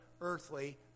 earthly